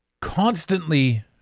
constantly